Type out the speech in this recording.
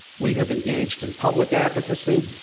we have engaged in public advocacy.